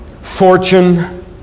fortune